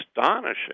astonishing